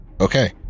Okay